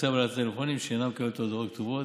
לאוכלוסייה בעלת טלפונים שאינה מקבלת הודעות כתובות.